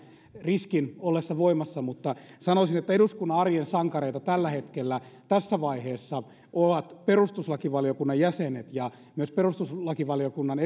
riskin ollessa voimassa mutta sanoisin että eduskunnan arjen sankareita tällä hetkellä tässä vaiheessa ovat perustuslakivaliokunnan jäsenet ja myös perustuslakivaliokunnan